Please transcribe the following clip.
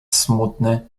smutny